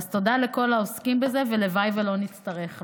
אז תודה לכל העוסקים בזה, ולוואי שלא נצטרך לה.